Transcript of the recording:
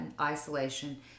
isolation